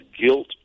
guilt